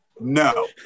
no